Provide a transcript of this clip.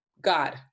God